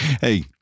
Hey